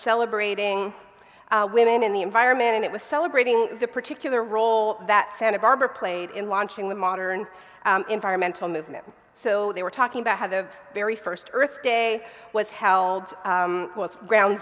celebrating women in the environment and it was celebrating the particular role that santa barbara played in launching the modern environmental movement so they were talking about how the very first earth day was held ground